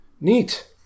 Neat